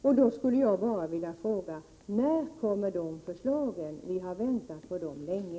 Jag skulle bara vilja fråga: När kommer dessa förslag? Vi har väntat på dem länge.